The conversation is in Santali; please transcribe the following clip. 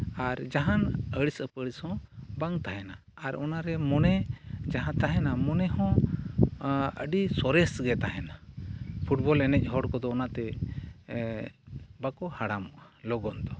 ᱟᱨ ᱡᱟᱦᱟᱱ ᱟᱹᱲᱤᱥ ᱟᱹᱯᱟᱹᱲᱤᱥ ᱦᱚᱸ ᱵᱟᱝ ᱛᱟᱦᱮᱱᱟ ᱟᱨ ᱚᱱᱟᱨᱮ ᱢᱚᱱᱮ ᱡᱟᱦᱟᱸ ᱛᱟᱦᱮᱱᱟ ᱢᱚᱱᱮ ᱦᱚᱸ ᱟᱹᱰᱤ ᱥᱚᱨᱮᱥᱜᱮ ᱛᱟᱦᱮᱱᱟ ᱯᱷᱩᱴᱵᱚᱞ ᱮᱱᱮᱡ ᱦᱚᱲ ᱠᱚᱫᱚ ᱚᱱᱟᱛᱮ ᱵᱟᱠᱚ ᱦᱟᱲᱟᱢᱚᱜᱼᱟ ᱞᱚᱜᱚᱱ ᱫᱚ